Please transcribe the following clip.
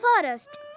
forest